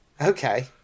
Okay